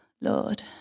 Lord